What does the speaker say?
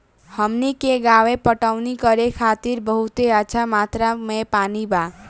हमनी के गांवे पटवनी करे खातिर बहुत अच्छा मात्रा में पानी बा